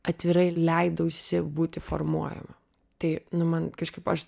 atvirai leidausi būti formuojama tai nu man kažkaip aš